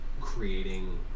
creating